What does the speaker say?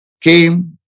came